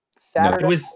Saturday